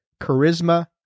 Charisma